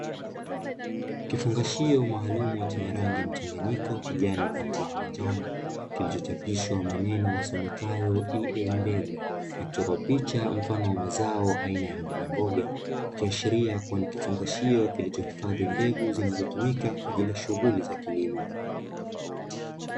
Kifungashio maalumu chenye rangi ya mchanganyiko kijana pamoja na njano kilichochapishwa maneno yasomekayo "E A" mbegu kutoka picha mfano wa mazao aina ya mboga mboga ikiashiria kuwa nikifungashio kilicho hifadhi mbegu zinazotumika kwa ajiri ya shughuli za kilimo.